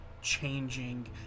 changing